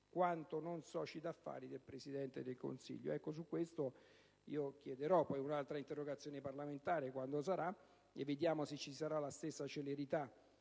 quanto non soci di affari del Presidente del Consiglio. Presenterò poi un'altra interrogazione parlamentare, quando sarà - vedremo se ci sarà la stessa celerità